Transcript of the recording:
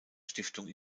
stiftung